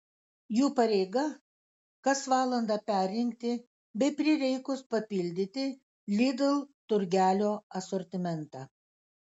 jų pareiga kas valandą perrinkti bei prireikus papildyti lidl turgelio asortimentą